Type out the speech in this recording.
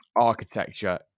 architecture